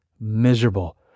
miserable